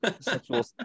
sexual